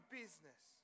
business